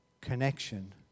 connection